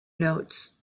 notes